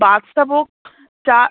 বাদশাভোগ চাল